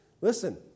Listen